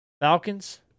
Falcons